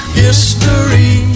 history